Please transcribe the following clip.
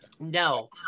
No